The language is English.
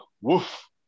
Woof